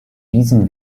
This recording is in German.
diesen